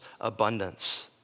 abundance